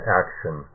action